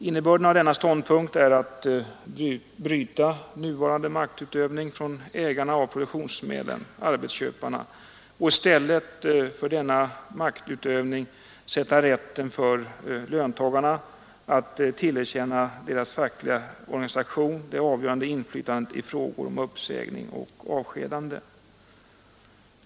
Innebörden av denna ståndpunkt är att bryta nuvarande maktutövning från ägarna av produktionsmedlen, arbetsköparna, och i stället för denna maktutövning sätta rätten för löntagarna att tillerkänna deras fackliga organisation det avgörande inflytandet i frågor om uppsägning och avskedande.